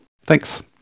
Thanks